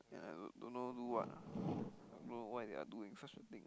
and don't know do what ah don't know why they are doing such a thing